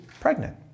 pregnant